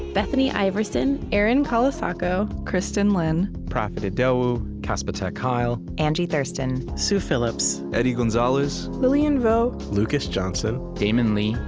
bethany iverson, erin colasacco, kristin lin, profit idowu, casper ter kuile, angie thurston, sue phillips, eddie gonzalez, lilian vo, lucas johnson, damon lee,